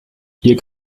ihr